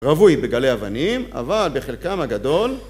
רבוי בגלי אבנים, אבל בחלקם הגדול